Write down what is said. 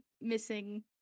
missing